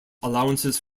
allowances